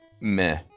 meh